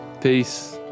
Peace